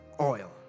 oil